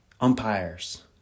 Umpires